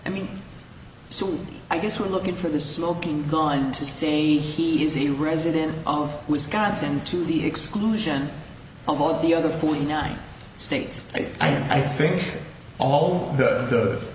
i mean so i guess we're looking for the smoking gun to see he's a resident of wisconsin to the exclusion of all the other forty nine states and i think all th